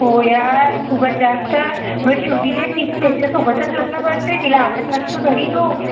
हो यार खूपच जास्त बट शेवटी जे ती त्याझ्यासोबतच लग्न करते तिला आवडत नसतो तरी तो